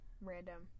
random